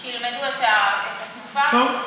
אז שילמדו את התנופה, טוב.